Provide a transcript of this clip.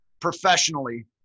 professionally